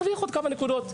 ולהרוויח עוד כמה נקודות.